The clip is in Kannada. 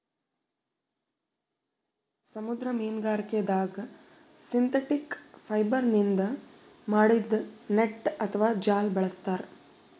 ಸಮುದ್ರ ಮೀನ್ಗಾರಿಕೆದಾಗ್ ಸಿಂಥೆಟಿಕ್ ಫೈಬರ್ನಿಂದ್ ಮಾಡಿದ್ದ್ ನೆಟ್ಟ್ ಅಥವಾ ಜಾಲ ಬಳಸ್ತಾರ್